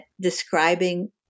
describing